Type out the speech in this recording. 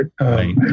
right